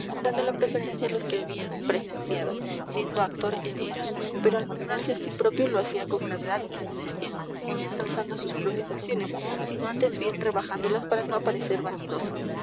dando la preferencia a los que había presenciado siendo actor en ellos pero al nombrarse a sí propio lo hacía con gravedad y modestia no ensalzando sus propias acciones sino antes bien rebajándolas para no aparecer vanidoso